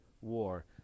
war